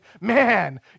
man